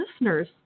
listeners